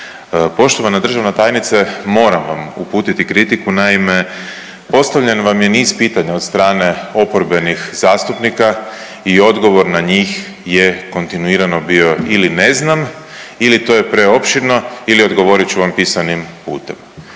poštovana državna moram vam uputiti kritiku naime postavljen vam je niz pitanja od strane oporbenih zastupnika i odgovor na njih je kontinuirano bio ili ne znam ili to je preopširno ili odgovorit ću vam pisanim putem.